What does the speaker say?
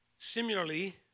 Similarly